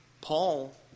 Paul